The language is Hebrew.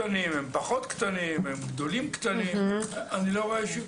יש לנו